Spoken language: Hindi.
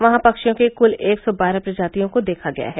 वहां पक्षियों की कुल एक सौ बारह प्रजातियों को देखा गया है